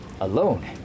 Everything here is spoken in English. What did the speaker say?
alone